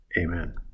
Amen